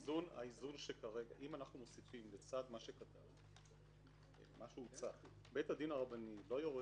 אם אנחנו מוסיפים לצד מה שכתבת את מה שהוצע: בית הדין הרבני לא יורה